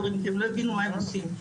ההורים לא הבינו מה הם עושים,